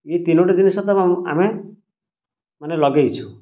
ଏଇ ତିନୋଟି ଜିନିଷ ତ ଆମେମାନେ ଲଗେଇଛୁ